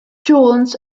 jones